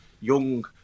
young